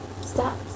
Stop